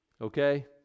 Okay